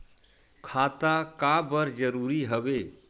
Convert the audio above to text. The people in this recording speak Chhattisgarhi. खाता का बर जरूरी हवे?